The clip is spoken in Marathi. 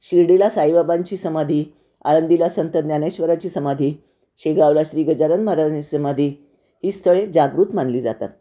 शिर्डीला साईबाबांची समाधी आळंदीला संतज्ञानेश्वराची समाधी शेगावला श्रीगजानन महाराजांची समाधी ही स्थळे जागृत मानली जातात